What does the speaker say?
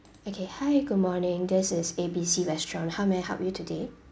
okay hi good morning this is A B C restaurant how may I help you today